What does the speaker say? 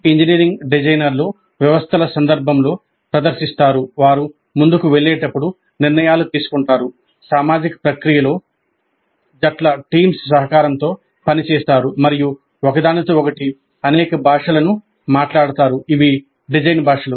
engineering డిజైనర్లు వ్యవస్థల సందర్భంలో ప్రదర్శిస్తారు వారు ముందుకు వెళ్ళేటప్పుడు నిర్ణయాలు తీసుకుంటారు సామాజిక ప్రక్రియలో జట్ల సహకారంతో పని చేస్తారు మరియు ఒకదానితో ఒకటి అనేక భాషలను మాట్లాడతారు ఇవి డిజైన్ భాషలు